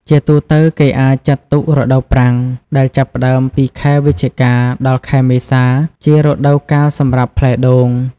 ជាទូទៅ គេអាចចាត់ទុក រដូវប្រាំង ដែលចាប់ផ្ដើមពី ខែវិច្ឆិកា ដល់ខែមេសា ជារដូវកាលសម្រាប់ផ្លែដូង។